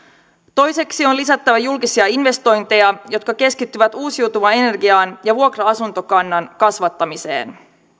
toiseksi on lisättävä julkisia investointeja jotka keskittyvät uusiutuvaan energiaan ja vuokra asuntokannan kasvattamiseen